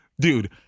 Dude